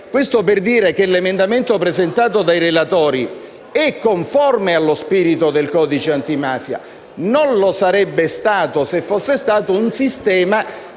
Questo per dire che l'emendamento presentato dai relatori è conforme allo spirito del codice antimafia. Non lo sarebbe stato se fosse stato un sistema